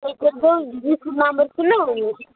یُس یہِ نَمبَر چھُنا یہِ